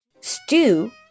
stew